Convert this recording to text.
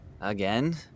Again